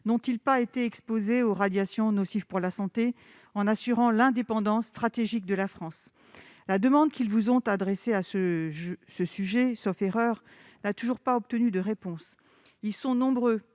N'ont-ils pas été exposés aux radiations nocives pour la santé en assurant l'indépendance stratégique de la France ? La demande qu'ils vous ont adressée à ce sujet, sauf erreur, n'a toujours pas obtenu de réponse. Ils sont nombreux